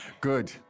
Good